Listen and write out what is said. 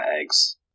eggs